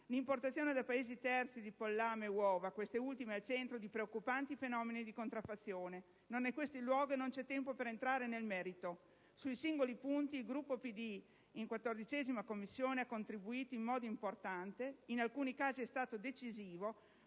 l'importazione da Paesi terzi di pollame e uova, queste ultime al centro di preoccupanti fenomeni di contraffazione. Non è questo il luogo e non c'è tempo per entrare nel merito. Sui singoli punti il Gruppo PD in 14a Commissione ha contribuito in modo importante e, in alcuni casi, è stato decisivo